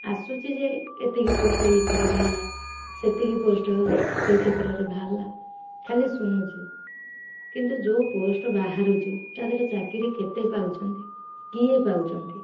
ଆସୁଛି ଯେ ଏତିକି ପୋଷ୍ଟ ଏଇଥିରେ ବାହାରିଲା ସେତିକି ପୋଷ୍ଟ ସେଇ କ୍ଷେତ୍ରରେ ବାହାରିଲା ଖାଲି ଶୁଣୁଛୁ କିନ୍ତୁ ଯେଉଁ ପୋଷ୍ଟ ବାହାରୁଛି ତା' ଦେହରେ ଚାକିରି କେତେ ପାଉଛନ୍ତି କିଏ ପାଉଛନ୍ତି